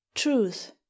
Truth